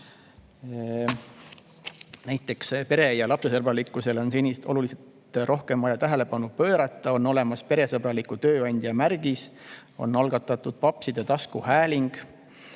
jah on. Pere‑ ja lapsesõbralikkusele on senisest oluliselt rohkem vaja tähelepanu pöörata. On olemas peresõbraliku tööandja märgis, on algatatud papside taskuhääling.